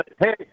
Hey